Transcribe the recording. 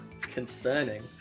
Concerning